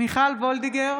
מיכל וולדיגר,